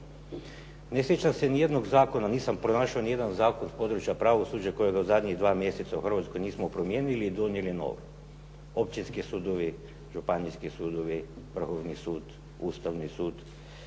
Ne sjećam se ni jednog zakona, nisam pronašao ni jedan zakon s područja pravosuđa kojega u zadnjih 2 mjeseca u Hrvatskoj nismo promijenili i donijeli novo. Općinski sudovi, županijski sudovi, Vrhovni sud, Ustavni sud,